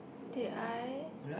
did I